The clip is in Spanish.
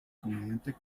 comediante